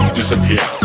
disappear